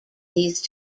these